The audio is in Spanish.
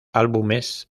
álbumes